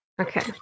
Okay